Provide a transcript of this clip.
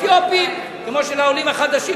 כמו של האתיופים וכמו של העולים החדשים.